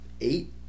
eight